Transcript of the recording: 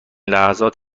لحظات